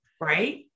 right